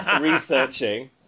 researching